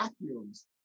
vacuums